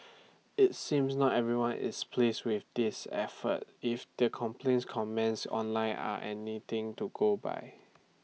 IT seems not everyone is pleased with this effort if the complaints comments online are anything to go by